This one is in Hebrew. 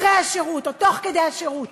אחרי השירות או תוך כדי השירות,